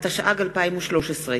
התשע"ג 2013,